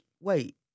wait